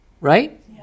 Right